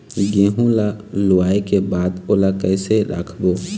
गेहूं ला लुवाऐ के बाद ओला कइसे राखबो?